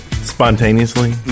Spontaneously